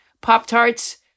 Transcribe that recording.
Pop-Tarts